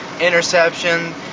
interception